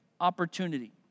opportunity